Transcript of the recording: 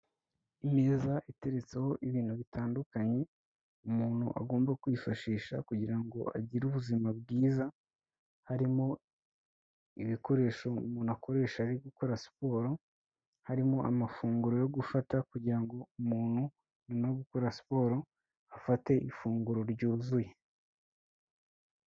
Imeza iteretseho ibintu bitandukanye umuntu agomba kwifashisha kugira ngo agire ubuzima bwiza, harimo ibikoresho umuntu akoresha ari gukora siporo, harimo amafunguro yo gufata kugira ngo umuntu uri gukora siporo afate ifunguro ryuzuye.